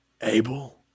Abel